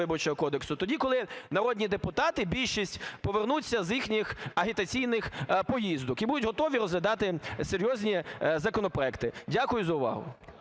тоді, коли народні депутати більшість повернуться з їхніх агітаційних поїздок і будуть готові розглядати серйозні законопроекти. Дякую за увагу.